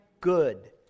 good